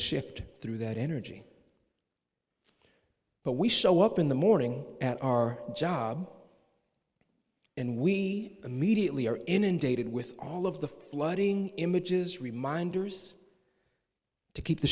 shift through that energy but we show up in the morning at our job and we immediately are inundated with all of the flooding images reminders to keep the